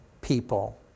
people